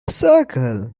circle